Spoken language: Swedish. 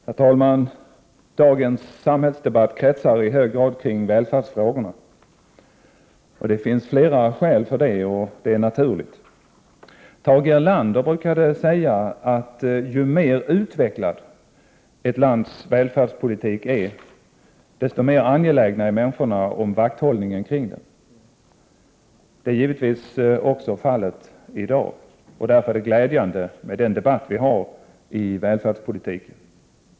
Herr talman! Dagens samhällsdebatt kretsar i hög grad kring välfärdsfrågorna. Det finns flera skäl till det, och det är naturligt. Tage Erlander brukade säga att ju mer utvecklad ett lands välfärdspolitik är, desto mer angelägna är människorna om vakthållningen kring den. Det är givetvis också fallet i dag. Därför är det glädjande med debatten om välfärdspolitiken.